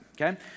okay